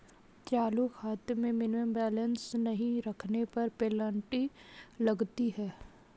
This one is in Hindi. चालू खाते में मिनिमम बैलेंस नहीं रखने पर पेनल्टी लगती है